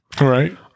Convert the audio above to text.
Right